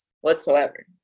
whatsoever